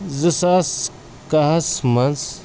زٕ ساس کہَس منٛز